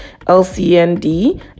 lcnd